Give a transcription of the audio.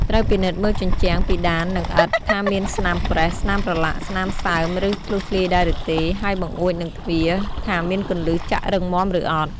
ត្រូវពិនិត្យមើលជញ្ជាំង ពិដាន និងឥដ្ឋ ថាមានស្នាមប្រេះ ស្នាមប្រឡាក់ ស្នាមសើម ឬធ្លុះធ្លាយដែរឬទេ ហើយបង្អួច និងទ្វារ ថាមានគន្លឹះចាក់រឹងមាំឬអត់។